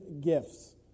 gifts